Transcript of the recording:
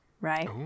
right